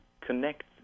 connect